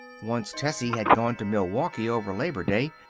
once tessie had gone to milwaukee over labor day.